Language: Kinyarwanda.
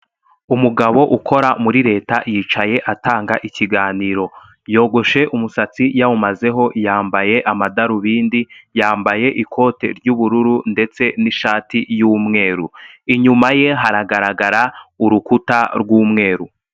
Umugabo ukora muri leta yicaye atanga ikiganiro, yogoshe umusatsi yawumazeho yambaye amadarubindi, yambaye ikote ry'ubururu ndetse n'ishati y'umweru, inyuma ye haragaragara urukuta rw'umweru.